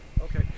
Okay